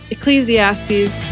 Ecclesiastes